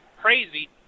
Crazy